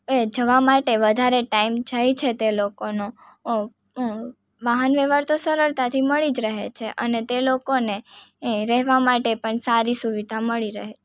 એ જવા માટે વધારે ટાઈમ જાય છે તે લોકોનો વાહન વ્યવહાર તો સરળતાથી મળી જ રહે છે અને તે લોકોને એ રહેવા માટે પણ સારી સુવિધા મળી રહે છે